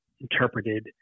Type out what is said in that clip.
interpreted